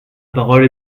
parole